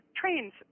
trains